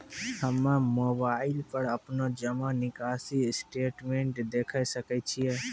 हम्मय मोबाइल पर अपनो जमा निकासी स्टेटमेंट देखय सकय छियै?